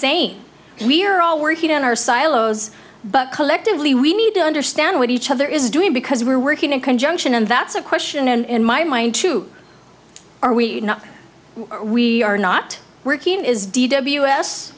saying we're all working on our silos but collectively we need to understand what each other is doing because we're working in conjunction and that's a question in my mind too are we not we are not working is d w s